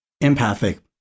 empathic